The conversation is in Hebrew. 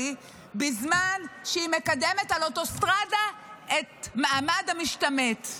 בזמן שהיא מקדמת על אוטוסטרדה את מעמד המשתמט.